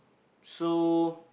so